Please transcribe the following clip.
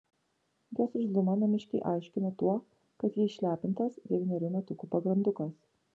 jos irzlumą namiškiai aiškino tuo kad ji išlepintas devynerių metukų pagrandukas